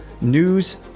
news